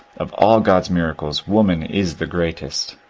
of all god's miracles, woman is the greatest